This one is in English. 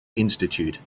institute